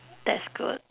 that's good